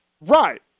Right